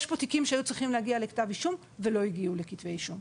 יש פה תיקים שהיו צריכים להגיע לכתב אישום ולא הגיעו לכתבי אישום.